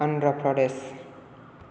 Andhra Pradesh